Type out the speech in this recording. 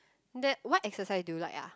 that what exercise do you like ah